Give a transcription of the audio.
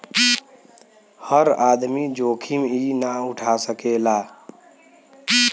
हर आदमी जोखिम ई ना उठा सकेला